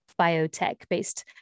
biotech-based